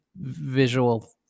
visual